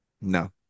No